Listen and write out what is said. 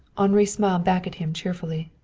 henri smiled back at him cheerfully.